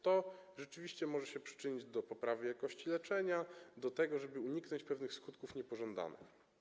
To rzeczywiście może się przyczynić do poprawy jakości leczenia, do tego, żeby uniknąć pewnych skutków niepożądanych.